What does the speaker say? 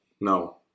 No